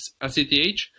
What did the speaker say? ACTH